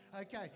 Okay